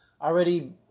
already